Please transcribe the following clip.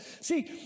See